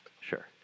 Sure